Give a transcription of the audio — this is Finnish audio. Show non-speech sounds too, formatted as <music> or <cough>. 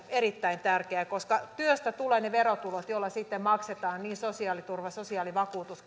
erittäin tärkeää koska työstä tulee ne verotulot joilla sitten maksetaan niin sosiaaliturva sosiaalivakuutus <unintelligible>